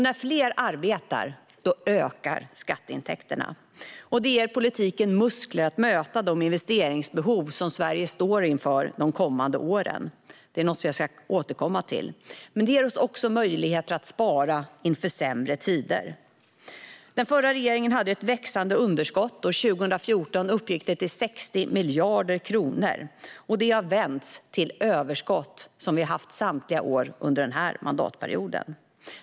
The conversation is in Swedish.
När fler arbetar ökar skatteintäkterna. Det ger politiken muskler att möta de investeringsbehov som Sverige kommer att stå inför de kommande åren - det ska jag återkomma till. Men det ger oss också möjlighet att spara inför sämre tider. Den förra regeringen hade ett växande underskott, och 2014 uppgick det till 60 miljarder kronor. Det har nu vänts till överskott, som vi har haft samtliga år den här mandatperioden.